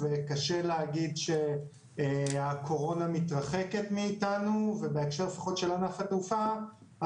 וקשה להגיד שהקורונה מתרחקת מאיתנו ובהקשר לפחות של ענף התעופה,